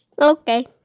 Okay